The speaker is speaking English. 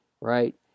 right